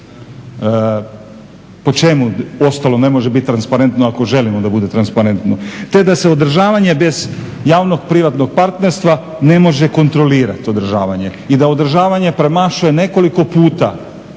Po čemu, uostalom ne može biti transparentno ako želimo da bude transparentno. Te da se održavanje bez javno-privatnog partnerstva ne može kontrolirati održavanje i da održavanje premašuje nekoliko puta